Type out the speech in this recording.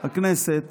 הכנסת